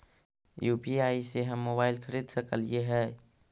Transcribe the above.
UPI से हम mobile खरिद सकलिऐ है